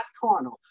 carnal